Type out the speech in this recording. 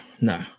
no